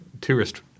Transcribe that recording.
tourist